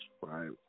Right